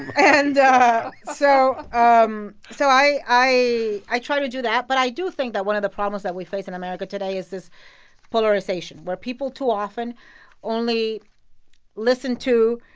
and so um so i i try to do that. but i do think that one of the problems that we face in america today is this polarization where people too often only listen to,